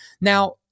Now